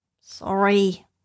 Sorry